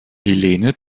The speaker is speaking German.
helene